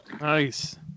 Nice